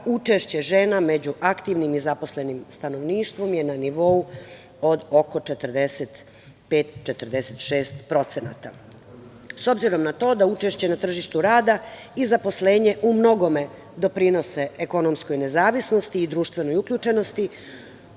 učešće žena među aktivnim zaposlenim stanovništvom je na nivou od oko 45-46%.S obzirom na to da učešće na tržištu rada i zaposlenje umnogome doprinose ekonomskoj nezavisnosti i društvenoj uključenosti,